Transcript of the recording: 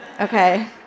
okay